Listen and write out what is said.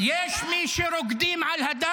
עבר הזמן.